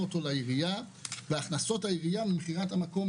אותו לעירייה והכנסות העירייה ממכירת המקום